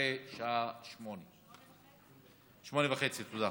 אחרי השעה 20:30. תודה.